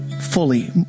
fully